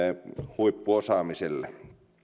huippuosaamiselle